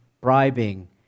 bribing